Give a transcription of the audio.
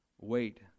wait